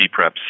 preps